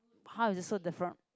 how is it so different